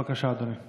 בבקשה, אדוני.